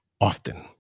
often